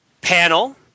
panel